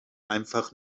einfach